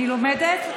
אני לומדת.